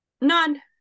None